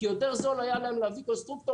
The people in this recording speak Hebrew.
כי יותר זול היה להם להביא קונסטרוקטור